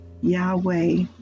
Yahweh